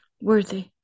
worthy